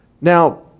Now